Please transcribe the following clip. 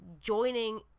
joining